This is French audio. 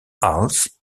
hals